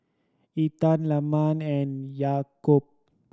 Intan Leman and Yaakob